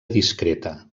discreta